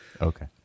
Okay